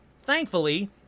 thankfully